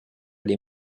les